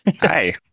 hi